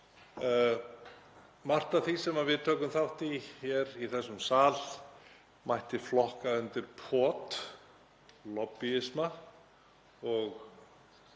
Margt af því sem við tökum þátt í hér í þessum sal mætti flokka undir pot og lobbýisma.